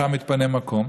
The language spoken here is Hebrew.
שם התפנה מקום,